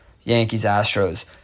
Yankees-Astros